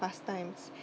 pastimes